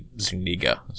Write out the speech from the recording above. Zuniga